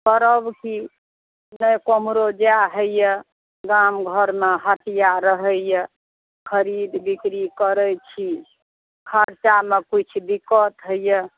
करब की नहि किम्हरो जा होइए गाम घरमे हटिआ रहैए खरीद बिक्री करै छी खरचामे किछु दिक्कत होइए